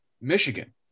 Michigan